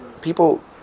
people